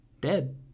Dead